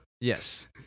Yes